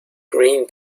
green